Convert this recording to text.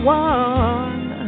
one